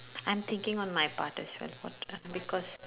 I'm thinking on my part as well what uh because